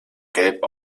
gelb